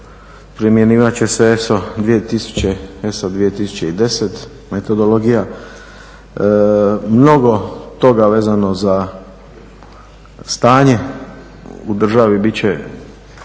primjenjivat će se ESO 2010 metodologija, mnogo toga vezano za stanje u državi bit će